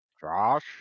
Josh